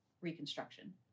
reconstruction